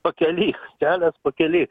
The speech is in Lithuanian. pakely kelias pakely